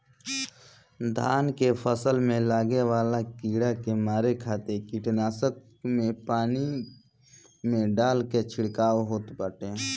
धान के फसल में लागे वाला कीड़ा के मारे खातिर कीटनाशक के पानी में डाल के छिड़काव होत बाटे